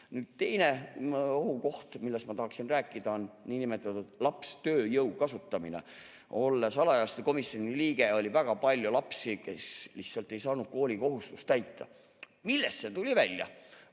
Teine ohukoht, millest ma tahaksin rääkida, on niinimetatud lapstööjõu kasutamine. Olles alaealiste komisjoni liige, [nägin, et] oli väga palju lapsi, kes lihtsalt ei saanud koolikohustust täita. Millest see tuli välja?